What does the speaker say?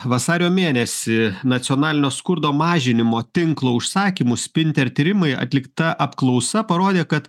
vasario mėnesį nacionalinio skurdo mažinimo tinklo užsakymu spinter tyrimai atlikta apklausa parodė kad